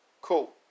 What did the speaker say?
Cool